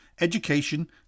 Education